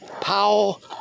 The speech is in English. Powell